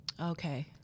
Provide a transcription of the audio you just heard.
Okay